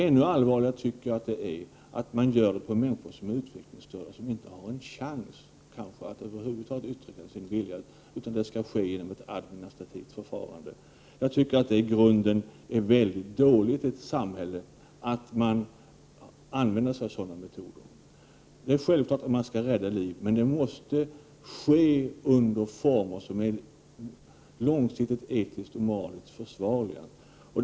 Ännu allvarligare är det enligt min mening att man gör sådana ingrepp på utvecklingsstörda, som inte har en chans att över huvud taget uttrycka sin vilja, och att ingrepp i sådana fall skall ske efter ett administrativt förfarande. Jag tycker att det är dåligt av samhället att använda sig av sådana metoder. Självfallet skall man göra allt för att rädda liv, men det måste naturligtvis ske under former som är långsiktigt etiskt och moraliskt försvarbara.